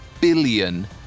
billion